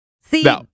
See